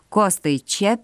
kostai čia